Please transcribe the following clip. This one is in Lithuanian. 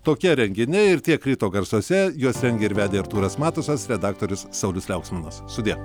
tokie reginiai ir tiek ryto garsuose juos rengė ir vedė artūras matusas redaktorius saulius liauksminas sudie